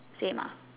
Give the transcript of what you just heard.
same ah